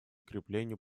укреплению